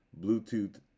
Bluetooth